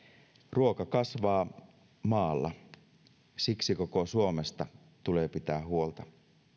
ruoka kasvaa maalla siksi koko suomesta tulee pitää huolta